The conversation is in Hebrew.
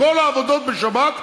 כל העבודות בשבת,